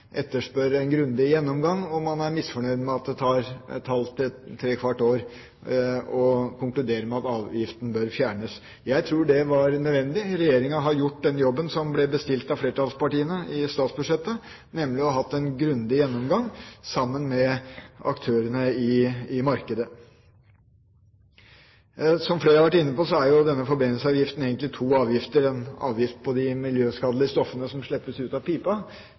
etterspør en grundig gjennomgang, og man er misfornøyd med at det tar et halvt til tre kvart år å konkludere med at avgiften bør fjernes. Jeg tror det var nødvendig. Regjeringa har gjort den jobben som ble bestilt av flertallspartiene i statsbudsjettet, nemlig å ha en grundig gjennomgang sammen med aktørene i markedet. Som flere har vært inne på, er denne forbrenningsavgiften egentlig to avgifter. Det er en avgift på de miljøskadelige stoffene som slippes ut av pipa,